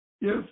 Yes